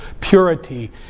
purity